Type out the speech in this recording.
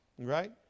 right